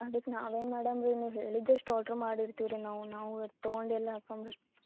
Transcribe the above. ಅದಕ್ಕೆ ನಾವೇನು ಮಾಡಾನ ರೀ ನೀವು ಹೇಳಿದಷ್ಟು ಆರ್ಡ್ರ್ ಮಾಡಿರ್ತೀವಿ ರೀ ನಾವು ನಾವು ತಗೊಂಡೆಲ್ಲ ಹಾಕಂಬೆ